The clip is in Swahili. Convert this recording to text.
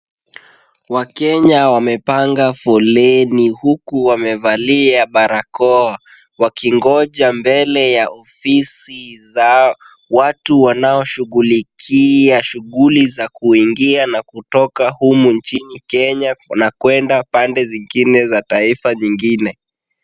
Wakenya wamepanga foleni huku wamevalia barakoa, wakingoja mbele ya ofisi za watu wanaoshughulikia shughuli za kuingia na kutoka humu nchini Kenya na kwenda pande zingine za taifa nyingine.